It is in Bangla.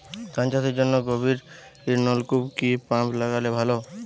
ধান চাষের জন্য গভিরনলকুপ কি পাম্প লাগালে ভালো?